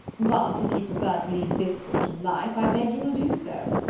but if you prefer to lead this sort of life, i beg you will do so.